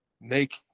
make